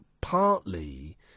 partly